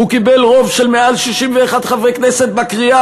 הוא קיבל רוב של מעל 61 חברי כנסת בקריאה